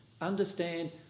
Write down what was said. understand